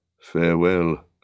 Farewell